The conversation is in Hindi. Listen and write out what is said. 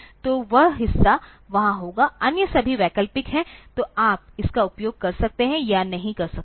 तो वह हिस्सा वहां होगा अन्य सभी वैकल्पिक हैं तो आप इसका उपयोग कर सकते हैं या नहीं कर सकते हैं